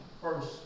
first